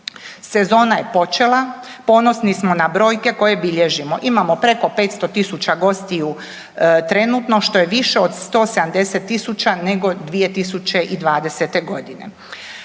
Sezona je počela, ponosni smo na brojke koje bilježimo. Imamo preko 500.000 gostiju trenutno, što je više od 170.000 nego 2020.g..